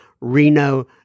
Reno